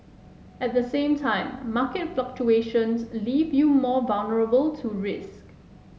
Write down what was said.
at the same time market fluctuations leave you more vulnerable to risk